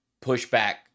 pushback